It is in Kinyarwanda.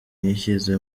yishyize